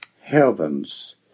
heaven's